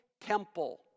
temple